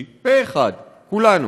ביוני, פה אחד, כולנו,